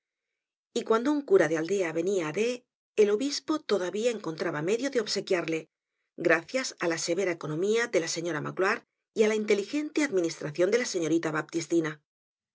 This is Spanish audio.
y cuando un cura de aldea venia á d el obispo todavía encontraba medio de obsequiarle gracias á la severa economía de la señora magloire y á la inteligente administracion de la señorita